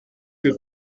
que